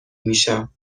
میشم